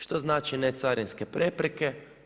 Što znači necarinske prepreke?